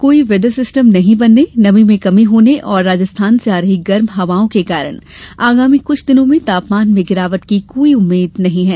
कोई weather system नहीं बनने नमी में कमी होने और राजस्थान से आ रही गर्म हवाओं के कारण आगामी कुछ दिनों में तापमान में गिरावट की कोई उम्मीद् नहीं है